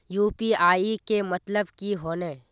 UPI के मतलब की होने?